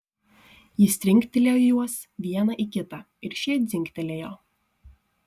jis trinktelėjo juos vieną į kitą ir šie dzingtelėjo